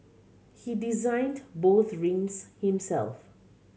he designed both rings himself